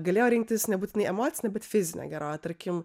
galėjo rinktis nebūtinai emocinę bet fizinę gerovę tarkim